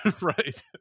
Right